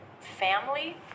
family